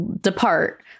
depart